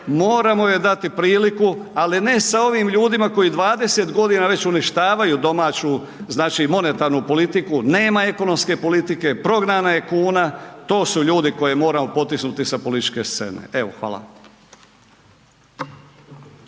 moramo joj dati priliku ali ne sa ovim ljudima koji 20 g. već uništavaju domaću monetarnu politiku, nema ekonomske politike, prognana je kuna, to su ljudi koje moramo potisnuti sa političke scene, evo hvala.